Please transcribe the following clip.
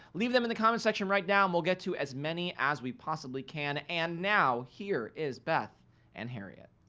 leave them in the comment section right now and we'll get to as many as we possibly can. and now here is beth and harriet.